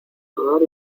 nadar